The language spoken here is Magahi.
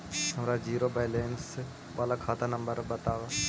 हमर जिरो वैलेनश बाला खाता नम्बर बत?